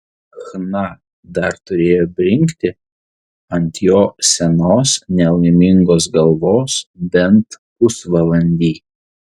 chna dar turėjo brinkti ant jo senos nelaimingos galvos bent pusvalandį